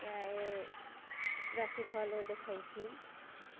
चाहे राशिफलो देखैत छी